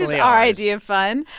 is our idea of fun.